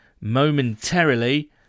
momentarily